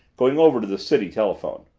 going over to the city telephone.